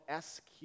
SQ